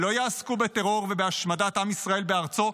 שלא יעסקו בטרור ובהשמדת עם ישראל בארצו,